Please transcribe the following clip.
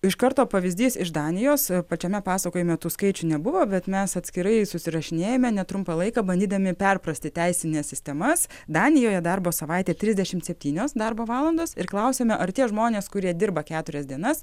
iš karto pavyzdys iš danijos pačiame pasakojime tų skaičių nebuvo bet mes atskirai susirašinėjame netrumpą laiką bandydami perprasti teisines sistemas danijoje darbo savaitė trisdešim septynios darbo valandos ir klausėme ar tie žmonės kurie dirba keturias dienas